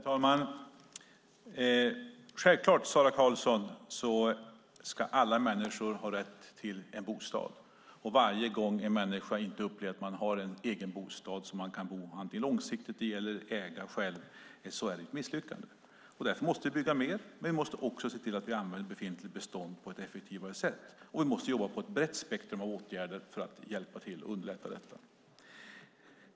Herr talman! Självklart, Sara Karlsson, ska alla människor ha rätt till en bostad. Varje gång en människa inte upplever att man har en egen bostad som man kan bo i långsiktigt i eller äga själv, så är det ett misslyckande. Därför måste vi bygga mer men också använda befintligt bestånd på ett effektivare sätt. Vi måste arbeta med ett brett spektrum av åtgärder för att underlätta detta.